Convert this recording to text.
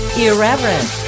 irreverent